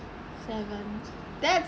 seven that's